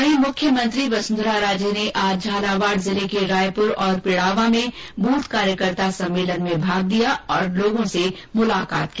वहीं मुख्यमंत्री वसुंधरा राजे ने आज झालावाड जिले के रायपुर और पिड़ावा में बूथ कार्यकर्ता सम्मेलन में भाग लिया और लोगों से मुलाकात की